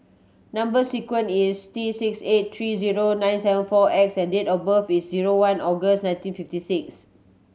number sequence is T six eight three zero nine seven four X and date of birth is zero one August nineteen fifty six